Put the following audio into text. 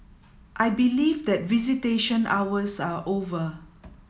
I believe that visitation hours are over